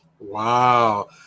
wow